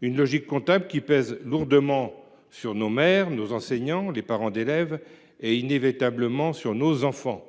Cette logique comptable pèse lourdement sur nos maires, sur nos enseignants, sur les parents d’élèves et, inévitablement, sur nos enfants,